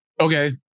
okay